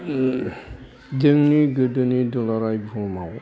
जोंनि गोदोनि दुलाराय बुहुमाव